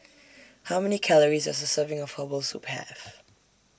How Many Calories Does A Serving of Herbal Soup Have